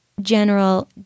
general